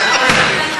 בשביל מה?